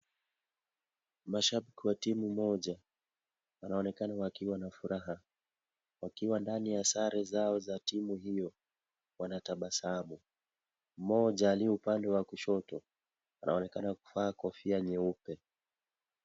Mashabiki wa timu moja wanaonekana wakiwa na furaha wakiwa ndani ya sare zao za timu hiyo wanatabasamu mmoja aliye pande la kushoto anaonekana kuvaa kofia nyeupe.